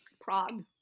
Prague